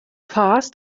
fast